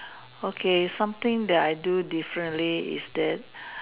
okay something that I do differently is that